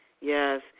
Yes